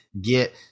Get